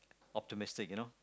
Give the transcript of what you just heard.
optimistic you know